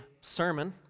sermon